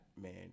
man